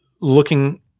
looking